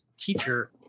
teacher